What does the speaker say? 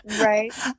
right